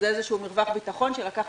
זה איזשהו מרווח ביטחון שלקח